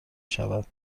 شود